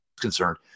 concerned